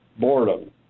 boredom